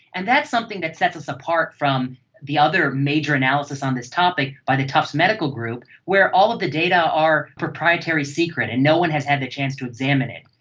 and that's something that sets us apart from the other major analysis on this topic by the tufts medical group, where all of the data are a proprietary secret and no one has had the chance to examine it.